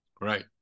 right